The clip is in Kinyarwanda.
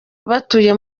batuye